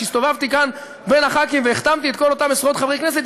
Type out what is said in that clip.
כאשר הסתובבתי כאן בין חברי הכנסת והחתמתי את כל אותם עשרות חברי כנסת,